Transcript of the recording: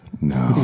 No